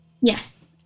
yes